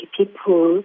people